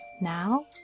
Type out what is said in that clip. Now